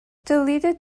deleted